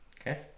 Okay